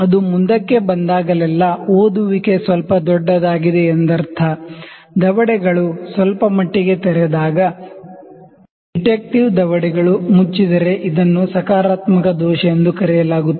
ಅದು ಫಾರ್ವರ್ಡ್ ಇದ್ದಾಗಲೆಲ್ಲಾ ರೀಡಿಂಗ್ ಸ್ವಲ್ಪ ದೊಡ್ಡದಾಗಿದೆ ಎಂದರ್ಥ ದವಡೆಗಳು ಸ್ವಲ್ಪಮಟ್ಟಿಗೆ ತೆರೆದಾಗ ಡಿಟೆಕ್ಟಿವ್ ದವಡೆಗಳು ಮುಚ್ಚಿದರೆ ಇದನ್ನು ಸಕಾರಾತ್ಮಕ ದೋಷ ಎಂದು ಕರೆಯಲಾಗುತ್ತದೆ